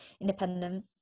independent